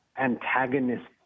antagonist